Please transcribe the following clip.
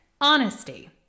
Honesty